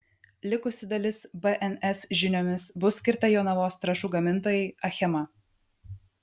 likusi dalis bns žiniomis bus skirta jonavos trąšų gamintojai achema